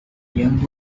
young